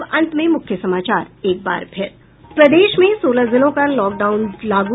और अब अंत में मुख्य समाचार एक बार फिर प्रदेश में सोलह दिनों का लॉकडाउन लागू